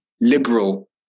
liberal